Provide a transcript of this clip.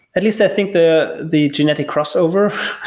at least i think the the genetic crossover.